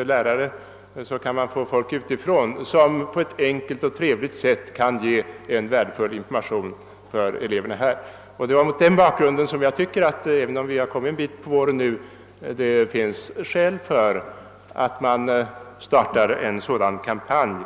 Och saknas det lärare kan man få människor utanför skolan som på ett enkelt och trevligt sätt ger eleverna värdefull information. Mot den bakgrunden tycker jag — även om vi nu har kommit ett stycke in på våren — att skäl föreligger att starta en sådan kampanj